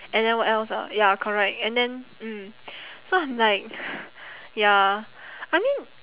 and then what else ah ya correct and then mm so I'm like ya I mean